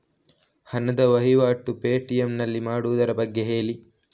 ಹಣದ ವಹಿವಾಟು ಪೇ.ಟಿ.ಎಂ ನಲ್ಲಿ ಮಾಡುವುದರ ಬಗ್ಗೆ ಹೇಳಿ